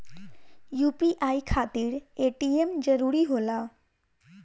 UPI खातिर ATM जरूरी होला?